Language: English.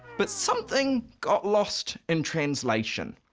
but something got lost in translation.